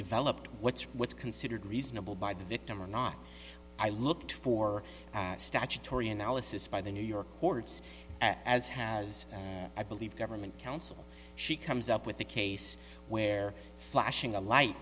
developed what's what's considered reasonable by the victim or not i looked for statutory analysis by the new york boards as has i believe government counsel she comes up with a case where flashing a light